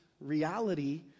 reality